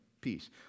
peace